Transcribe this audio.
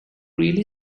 really